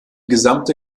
gesamte